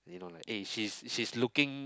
you don't like eh she's she's looking